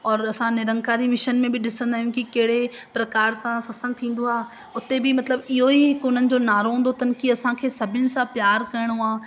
और असां निरंकारी मिशन में बि ॾिसंदा आहियूं ई कहिड़े प्रकार सां सत्संगु थींदो आहे उते बि मतिलबु इहो ई हिकु उन्हनि जो नारो हूंदो अथनि की असांखे सभिनि सां प्यारु करिणो आहे